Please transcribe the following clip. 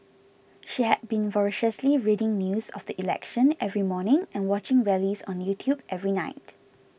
she had been voraciously reading news of the election every morning and watching rallies on YouTube every night